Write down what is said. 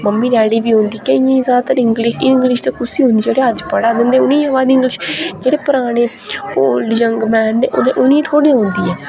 mummy daddy गी बी औंदी केइएं गी ज्यदातर इंग्लिश इंग्लिश कुसी हून जेह्ड़े अज्ज पढ़ा दे ते उनेंगी के औंदी इंग्लिश जेह्ड़े पराने ओल्ड जंगमैन न उ'नें उ'नेंगी थोह्ड़े औंदी ऐ